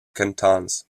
cantons